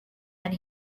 and